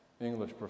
English